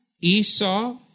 Esau